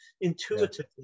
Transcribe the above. intuitively